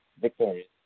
victorious